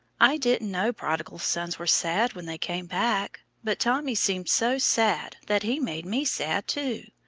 i didn't know prodigal sons were sad when they came back, but tommy seemed so sad that he made me sad too.